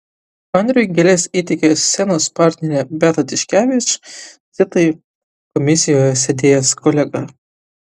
andriui gėles įteikė scenos partnerė beata tiškevič zitai komisijoje sėdėjęs kolega